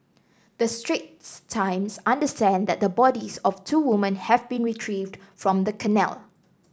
the Straits Times understand that the bodies of two women have been retrieved from the canal